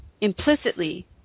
implicitly